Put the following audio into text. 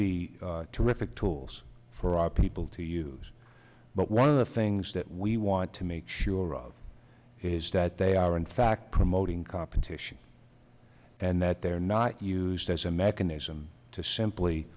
be terrific tools for our people to use but one of the things that we want to make sure of is that they are in fact promoting competition and that they're not used as a mechanism to simply